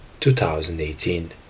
2018